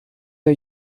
der